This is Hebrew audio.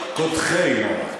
קודחי מוח.